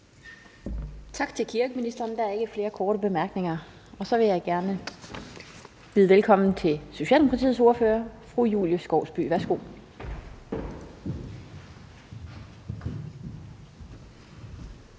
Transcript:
Tak til kirkeministeren. Der er ikke flere korte bemærkninger. Så vil jeg gerne byde velkommen til Socialdemokratiets ordfører, fru Julie Skovsby. Værsgo.